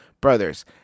Brothers